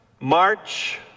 march